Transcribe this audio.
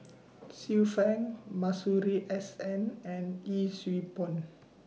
Xiu Fang Masuri S N and Yee Siew Pun